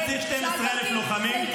אני צריך 12,000 לוחמים --- שאלת אותי.